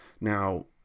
Now